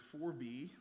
4b